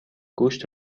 گوشت